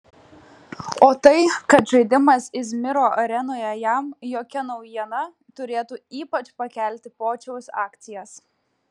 o tai kad žaidimas izmiro arenoje jam jokia naujiena turėtų ypač pakelti pociaus akcijas